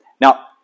Now